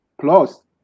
Plus